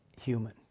human